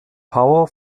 power